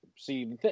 See